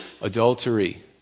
Adultery